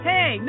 Hey